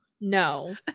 no